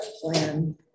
plan